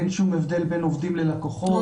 אין שום הבדל בין עובדים ללקוחות.